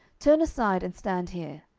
turn aside, and stand here.